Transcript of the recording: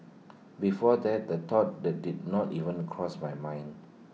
before that the thought the did not even cross my mind